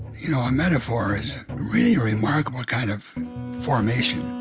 you know a metaphor is really remarkable kind of formation,